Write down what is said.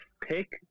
pick